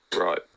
Right